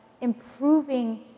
improving